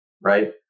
right